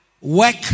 work